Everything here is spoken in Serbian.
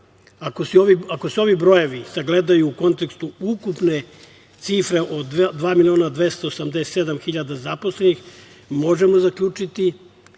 se ovi brojevi sagledaju u kontekstu ukupne cifre od 2.287.000 zaposlenih, možemo zaključiti